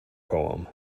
poem